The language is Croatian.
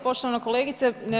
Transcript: Poštovana kolegice.